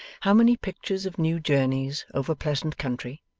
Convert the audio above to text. how many pictures of new journeys over pleasant country,